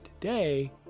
Today